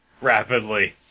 rapidly